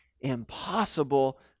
impossible